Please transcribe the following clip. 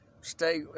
stay